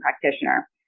practitioner